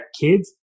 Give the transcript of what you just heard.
kids